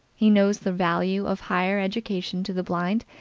he knows the value of higher education to the blind,